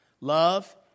Love